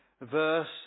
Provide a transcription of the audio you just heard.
verse